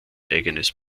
eigenes